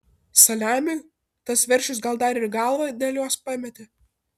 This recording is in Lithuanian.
saliamiui tas veršis gal dar ir galvą dėl jos pametė